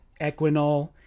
Equinol